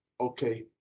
Okay